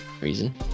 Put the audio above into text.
reason